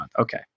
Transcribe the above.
Okay